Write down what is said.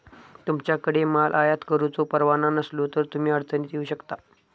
तुमच्याकडे माल आयात करुचो परवाना नसलो तर तुम्ही अडचणीत येऊ शकता